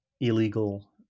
illegal